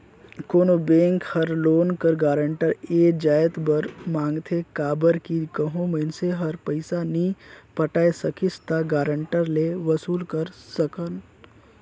कोनो बेंक हर लोन कर गारंटर ए जाएत बर मांगथे काबर कि कहों मइनसे हर पइसा नी पटाए सकिस ता गारंटर ले वसूल कर सकन